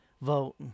vote